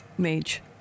Mage